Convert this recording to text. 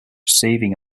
saving